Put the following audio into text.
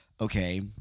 okay